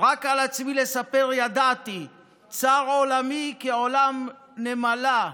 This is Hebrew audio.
"רק על עצמי לספר ידעתי / צר עולמי כעולם נמלה".